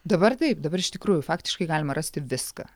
dabar taip dabar iš tikrųjų faktiškai galima rasti viską